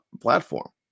platform